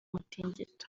mutingito